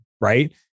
right